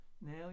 Now